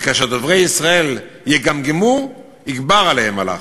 וכאשר דוברי ישראל יגמגמו, יגבר עליהם הלחץ.